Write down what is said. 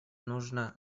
нужно